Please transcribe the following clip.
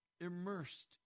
immersed